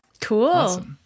cool